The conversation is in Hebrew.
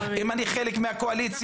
אם אני חלק מהקואליציה,